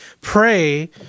pray